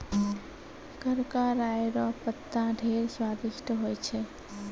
करका राय रो पत्ता ढेर स्वादिस्ट होय छै